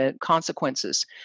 consequences